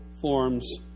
forms